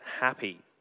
happy